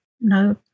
No